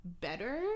better